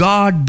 God